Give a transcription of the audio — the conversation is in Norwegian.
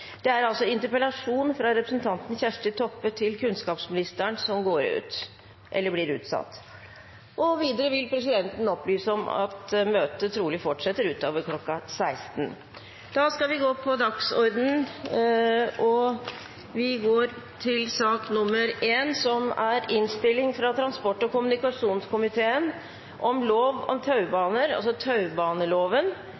Det er altså interpellasjonen fra representanten Kjersti Toppe til kunnskapsministeren som blir utsatt. Videre vil presidenten opplyse om at møtet trolig fortsetter utover kl. 16. Etter ønske fra transport- og kommunikasjonskomiteen vil presidenten foreslå at taletiden blir begrenset til 5 minutter til hver partigruppe og